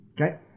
Okay